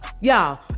y'all